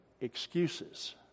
excuses